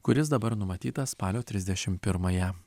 kuris dabar numatytas spalio trisdešim pirmąją